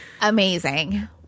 Amazing